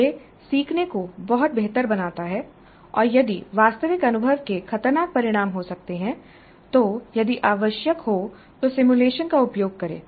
यह सीखने को बहुत बेहतर बनाता है और यदि वास्तविक अनुभव के खतरनाक परिणाम हो सकते हैं तो यदि आवश्यक हो तो सिमुलेशन का उपयोग करें